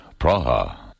Praha